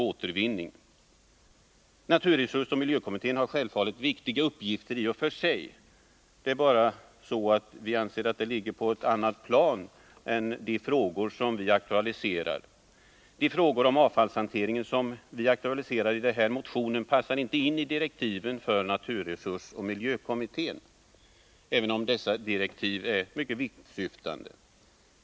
Denna kommitté har självfallet viktiga uppgifter i och för sig. Det är bara så att de ligger på ett helt annat plan. De frågor om avfallshanteringen som vi aktualiserat i den här motionen passar inte in i direktiven för naturresursoch miljökommittén, även om dessa direktiv är mycket vittsyftande.